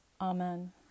Amen